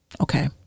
okay